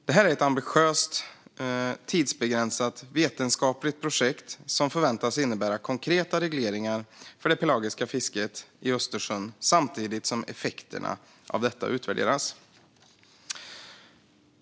Detta är ett ambitiöst tidsbegränsat vetenskapligt projekt som förväntas innebära konkreta regleringar för det pelagiska fisket i Östersjön samtidigt som effekterna av detta utvärderas.